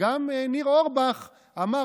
וגם ניר אורבך אמר,